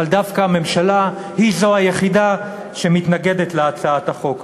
אבל דווקא הממשלה היא היחידה שמתנגדת להצעת החוק הזאת?